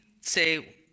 say